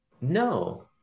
no